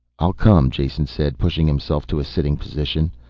i'll come, jason said, pushing himself to a sitting position.